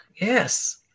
Yes